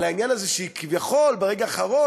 על העניין הזה שהיא כביכול ברגע האחרון